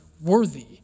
worthy